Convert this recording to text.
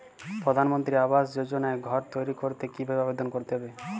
প্রধানমন্ত্রী আবাস যোজনায় ঘর তৈরি করতে কিভাবে আবেদন করতে হবে?